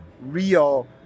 real